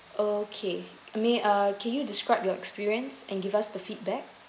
okay may uh can you describe your experience and give us the feedback